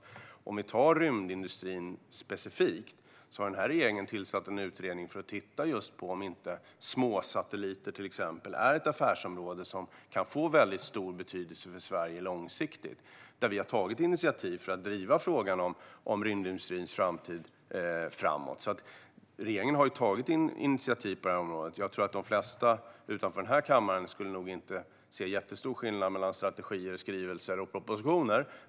När det gäller specifikt rymdindustrin har den här regeringen tillsatt en utredning för att titta på om inte till exempel småsatelliter är ett affärsområde som kan få väldigt stor betydelse för Sverige långsiktigt. Vi har tagit initiativ för att driva frågan om rymdindustrins framtid. Regeringen har alltså tagit initiativ på det här området. Jag tror att de flesta utanför den här kammaren inte ser så stor skillnad mellan strategier, skrivelser och propositioner.